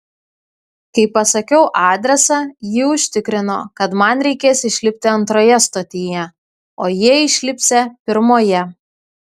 kai pasakiau adresą ji užtikrino kad man reikės išlipti antroje stotyje o jie išlipsią pirmoje